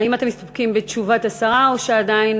האם אתם מסתפקים בתשובת השרה או שעדיין